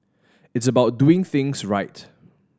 it's about doing things right